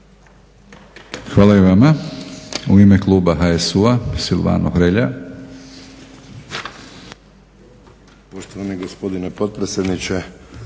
Hvala i vama. U ime kluba HSU-a, Silvano Hrelja.